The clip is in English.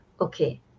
okay